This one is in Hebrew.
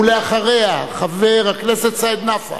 אחריה, חבר הכנסת סעיד נפאע.